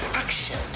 action